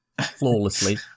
flawlessly